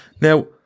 Now